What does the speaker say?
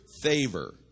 favor